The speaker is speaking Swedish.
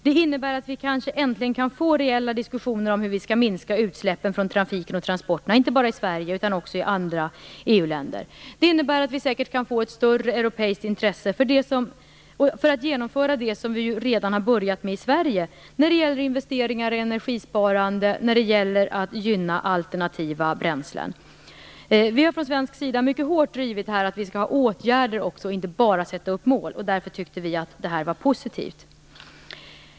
Det innebär att vi äntligen kan få reella diskussioner om hur vi skall minska utsläppen från trafiken och transporterna, inte bara i Sverige utan också i andra EU-länder. Det innebär säkert att vi kan få ett större europeiskt intresse när det gäller investeringar och energisparande och när det gäller att gynna alternativa bränslen - som vi redan har börjat med i Sverige. Vi har från svensk sida drivit mycket hårt att vi skall komma med åtgärder och inte bara sätta upp mål. Därför tyckte vi att det här var positivt.